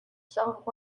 zoned